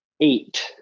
eight